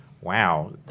wow